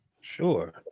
Sure